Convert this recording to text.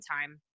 time